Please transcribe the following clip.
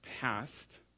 past